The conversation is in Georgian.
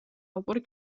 ალპური